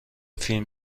فیلم